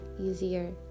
easier